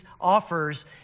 offers